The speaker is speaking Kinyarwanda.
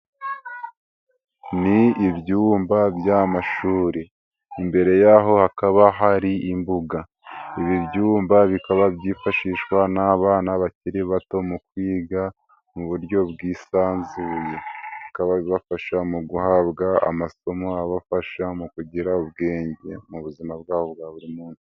Ni ibyumba by'amashuri, imbere yaho hakaba hari imbuga, ibi byumba bikaba byifashishwa n'abana bakiri bato mu kwiga muburyo bwisanzuye, bikaba bibafasha mu guhabwa amasomo abafasha mu kugira ubwenge, mu buzima bwabo bwa buri munsi.